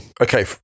Okay